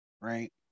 right